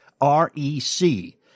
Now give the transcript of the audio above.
R-E-C